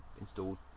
installed